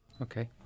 Okay